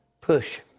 Push